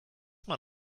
man